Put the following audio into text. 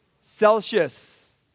Celsius